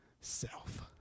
Self